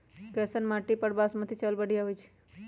कैसन माटी पर बासमती चावल बढ़िया होई छई?